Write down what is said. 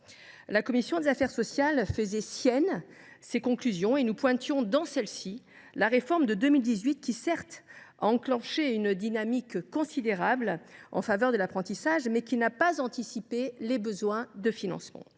La commission des affaires sociales a fait siennes nos conclusions. Nous y avons notamment pointé la réforme de 2018, qui, certes, a amorcé une dynamique considérable en faveur de l’apprentissage, mais n’a pas anticipé ses besoins de financement.